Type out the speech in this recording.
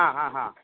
आं हां हां